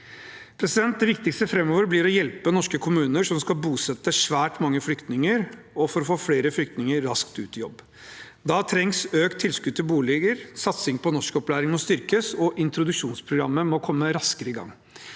alternativet. Det viktigste framover blir å hjelpe norske kommuner som skal bosette svært mange flyktninger, og å få flere flyktninger raskt ut i jobb. Da trengs økt tilskudd til boliger. Satsingen på norskopplæring må styrkes, og introduksjonsprogrammet må komme raskere i gang.